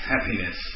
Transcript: happiness